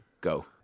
go